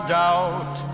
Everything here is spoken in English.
doubt